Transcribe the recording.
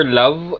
love